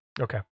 Okay